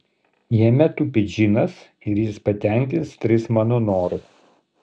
jame tupi džinas ir jis patenkins tris mano norus